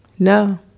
No